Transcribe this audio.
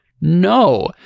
no